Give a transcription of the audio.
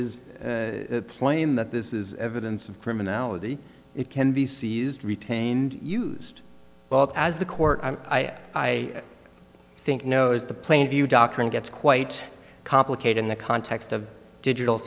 is plain that this is evidence of criminality it can be seized retained used both as the court i think know as the plain view doctrine gets quite complicated in the context of digital